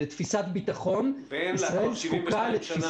לתפיסת ביטחון -- ואין לה כבר 72 שנה.